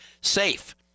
safe